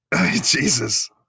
Jesus